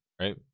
right